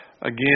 again